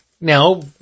Now